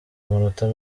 amanota